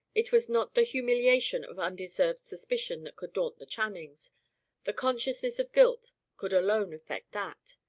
it was not the humiliation of undeserved suspicion that could daunt the channings the consciousness of guilt could alone effect that.